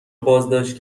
بازداشت